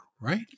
right